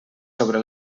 sobre